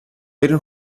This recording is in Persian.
برین